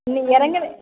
இன்னும் இறங்கவே